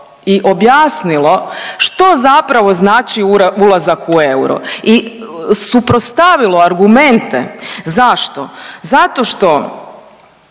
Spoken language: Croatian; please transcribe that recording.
i objasnilo što zapravo znači ulazak u euro i suprotstavilo argumente. Zašto? Zato što